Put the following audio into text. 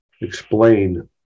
explain